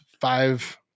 five